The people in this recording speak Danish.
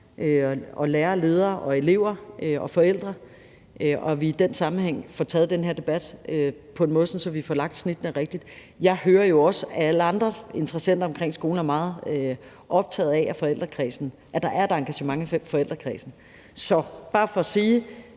lærere, ledere, elever og forældre, og at vi i den sammenhæng får taget den her debat på en måde, så vi får lagt snittene rigtigt. Jeg hører jo også, at alle andre interessenter omkring skolen er meget optaget af, at der er et engagement i forældrekredsen. Så det er bare for at sige,